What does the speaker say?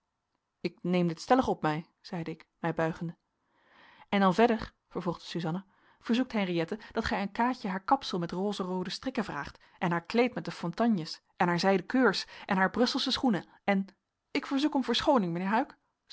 ik neem dit stellig op mij zeide ik mij buigende en dan verder vervolgde suzanna verzoekt henriëtte dat gij aan kaatje haar kapsel met rozeroode strikken vraagt en haar kleed met de fontanges en haar zijden keurs en haar brusselsche schoenen en ik verzoek om verschooning mijnheer huyck